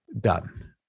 done